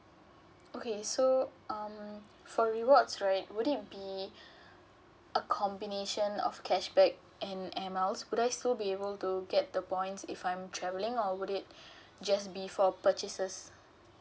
okay so um for rewards right would it be a combination of cashback and air miles would I still be able to get the points if I'm travelling or would it just be for purchases